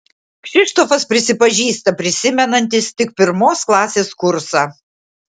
kšištofas prisipažįsta prisimenantis tik pirmos klasės kursą